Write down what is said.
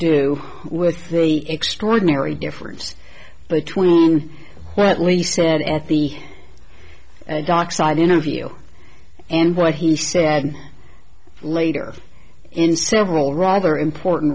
do with the extraordinary difference between well at least said at the dockside interview and what he said later in several rather important